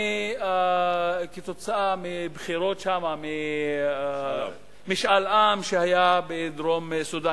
ובבחירות שם, במשאל עם שהיה בדרום-סודן.